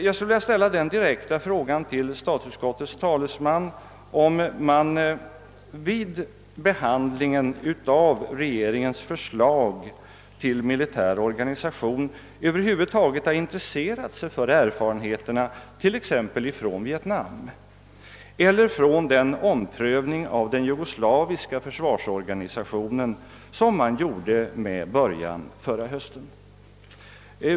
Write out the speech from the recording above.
Jag skulle vilja ställa den direkta frågan till statsutskottets talesman om man vid behandlingen av regeringens förslag till militär organisation över huvud taget har intresserat sig för erfarenheterna från t.ex. Vietnam eller från den omprövning av den jugoslaviska försvarsorganisationen som gjordes med början förra hösten.